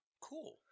Cool